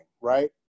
right